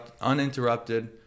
uninterrupted